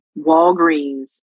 walgreens